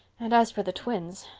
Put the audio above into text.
and as for the twins,